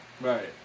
Right